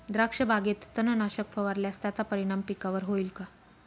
द्राक्षबागेत तणनाशक फवारल्यास त्याचा परिणाम पिकावर होईल का?